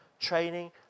training